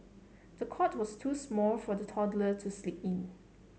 the cot was too small for the toddler to sleep in